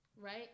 right